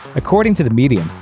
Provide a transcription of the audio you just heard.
according to the medium,